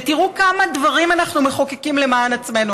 ותראו כמה דברים אנחנו מחוקקים למען עצמנו,